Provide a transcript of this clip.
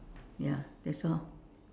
ya that's all